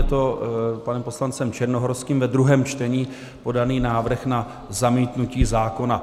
Je to panem poslancem Černohorským ve druhém čtení podaný návrh na zamítnutí zákona.